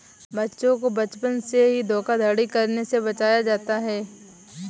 बच्चों को बचपन से ही धोखाधड़ी करने से बचाया जाता है